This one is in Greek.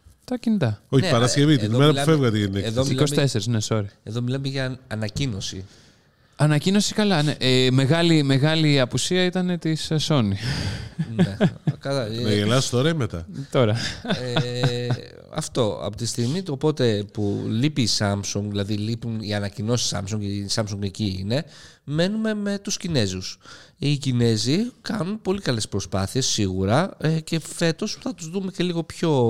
Τα κινητά. Όχι, Ναι, Παρασκευή, την ε, ε, ε, εδώ μέρα που μιλάμε- φεύγατε για την έκθεση. εδώ μιλάμε- 24, ναι, sorry. εδώ μιλάμε για ανακοίνωση. Ανακοίνωση, καλά, ναι. Ε, μεγάλη- μεγάλη απουσία ήτανε της, ε, Sony. Ναι, καλά, Να ε, γελάς τώρα ή μετά? Τώρα. ε, αυτό, από τη στιγμή, οπότε, που λείπει η Samsung, δηλαδή λείπουν οι ανακοινώσεις Samsung, η Samsung εκεί είναι, μένουμε με τους Κινέζους. Οι Κινέζοι κάνουν πολύ καλές προσπάθειες, σίγουρα, ε, και φέτος θα τους δούμε και λίγο πιο